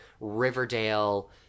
Riverdale